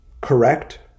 correct